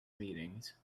meetings